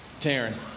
Taryn